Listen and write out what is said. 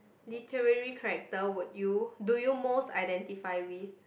literary character would you do you most identify with